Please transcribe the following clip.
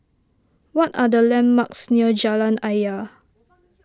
what are the landmarks near Jalan Ayer